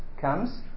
comes